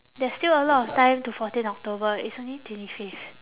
there's still a lot of time to fourteen october it's only twenty fifth